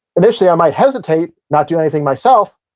initially i might hesitate, not do anything myself,